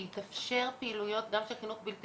ויתאפשרו פעילויות גם של חינוך בלתי